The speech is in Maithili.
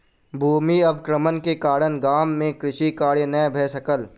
भूमि अवक्रमण के कारण गाम मे कृषि कार्य नै भ सकल